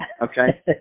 okay